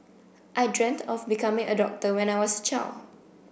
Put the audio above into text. I dreamt of becoming a doctor when I was a child